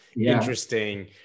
interesting